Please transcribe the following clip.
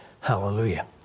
Hallelujah